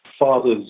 father's